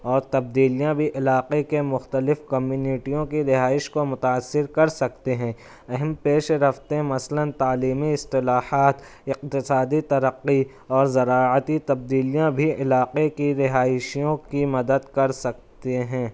اور تبدیلیاں بھی علاقے کے مختلف کمیونٹیوں کی رہائش کو متاثر کر سکتے ہیں اہم پیش رفتیں مثلاً تعلیمی اصطلاحات اقتصادی ترقی اور زراعتی تبدیلیاں بھی علاقے کی رہائشیوں کی مدد کر سکتے ہیں